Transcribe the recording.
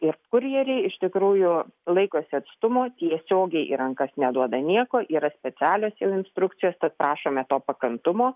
ir kurjeriai iš tikrųjų laikosi atstumo tiesiogiai į rankas neduoda nieko yra specialios jau instrukcijos tad prašome to pakantumo